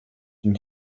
une